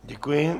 Děkuji.